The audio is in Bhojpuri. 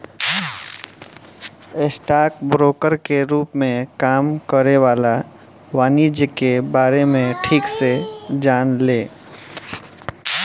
स्टॉक ब्रोकर के रूप में काम करे वाला वाणिज्यिक के बारे में ठीक से जाने ले